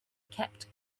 kept